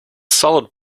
solid